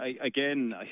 again